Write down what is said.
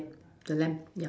the lamp yup